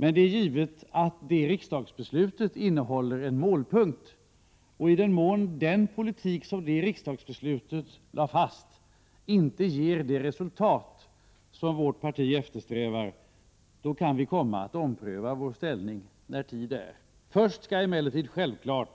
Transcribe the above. Men det är givet att det riksdagsbeslutet innehåller en målsättning, och i den mån den politik som det riksdagsbeslutet fastställde inte ger det resultat som moderata samlingspartiet eftersträvar kan vi komma att ompröva vår inställning. Självfallet skall